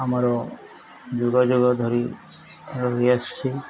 ଆମର ଯୁଗଯୁଗ ଧରି ରହିଆସିଛି